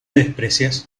desprecias